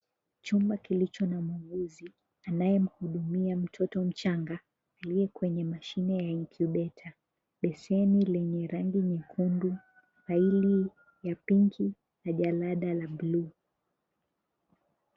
Chumba kilicho na muuguzi anayemhudumia mtoto mchanga aliye kwenye mashine ya incubator ,beseni lenye rangi ya nyekundu na faili ya pinki na jalada la blue .